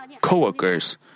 co-workers